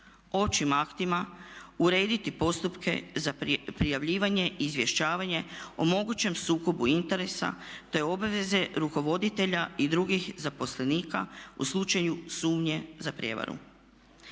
Općim aktima urediti postupke za prijavljivanje i izvještavanje o mogućem sukobu interesa te obaveze rukovoditelja i drugih zaposlenika u slučaju sumnje za prijevaru.